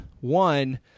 one